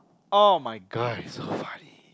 [oh]-my-god it's so funny